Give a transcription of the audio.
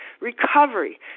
recovery